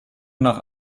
nach